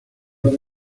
and